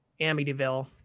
Amityville